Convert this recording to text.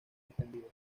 extendida